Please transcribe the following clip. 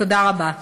תודה רבה.